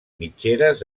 mitgeres